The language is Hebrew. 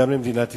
גם למדינת ישראל,